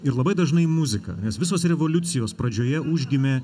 ir labai dažnai muzika nes visos revoliucijos pradžioje užgimė